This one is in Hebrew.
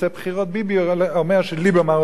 ביבי אומר שליברמן רוצה בחירות,